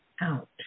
out